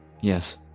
Yes